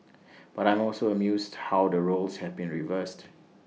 but I am also amused how the roles have been reversed